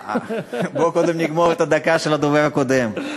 בוא קודם נגמור את הדקה של הדובר הקודם.